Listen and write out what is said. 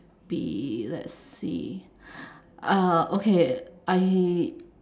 be let's see uh okay I